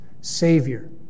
Savior